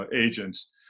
agents